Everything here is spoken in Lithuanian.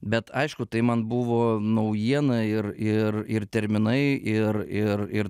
bet aišku tai man buvo naujiena ir ir ir terminai ir ir ir